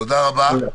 תודה רבה.